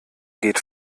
geht